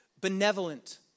benevolent